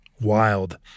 wild